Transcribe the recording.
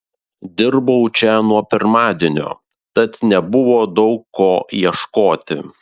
dirbau čia nuo pirmadienio tad nebuvo daug ko ieškoti